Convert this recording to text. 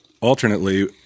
alternately